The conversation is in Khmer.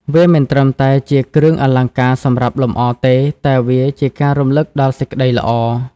វាមិនត្រឹមតែជាគ្រឿងអលង្ការសម្រាប់លម្អទេ តែវាជាការរំឭកដល់សេចក្តីល្អ។